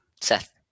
Seth